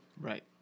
Right